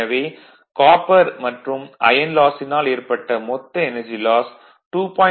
எனவே காப்பர் மற்றும் ஐயன் லாஸினால் ஏற்பட்ட மொத்த எனர்ஜி லாஸ் 2